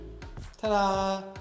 ta-da